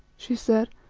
she said.